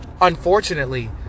unfortunately